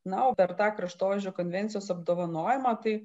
na o per tą kraštovaizdžio konvencijos apdovanojimą tai